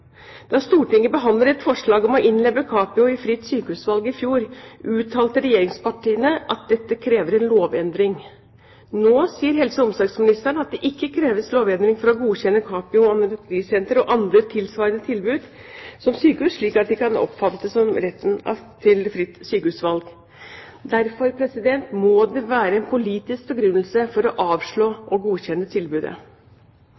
Da Stortinget behandlet et forslag om å innlemme Capio i fritt sykehusvalg i fjor, uttalte regjeringspartiene at dette krever en lovendring. Nå sier helse- og omsorgsministeren at det ikke kreves lovendring for å godkjenne Capio Anoreksi Senter og andre tilsvarende tilbud som sykehus, slik at de kan omfattes av retten til fritt sykehusvalg. Derfor må det være en politisk begrunnelse for å